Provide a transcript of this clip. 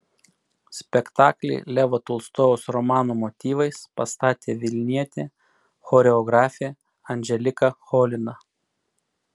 spektaklį levo tolstojaus romano motyvais pastatė vilnietė choreografė anželika cholina